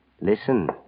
Listen